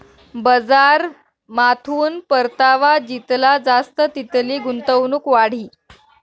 बजारमाथून परतावा जितला जास्त तितली गुंतवणूक वाढी